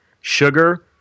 sugar